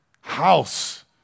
house